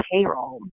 payroll